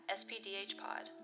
spdhpod